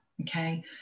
Okay